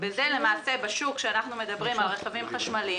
וזה בשוק שאנחנו מדברים על רכבים חשמליים